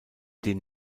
den